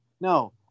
No